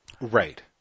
Right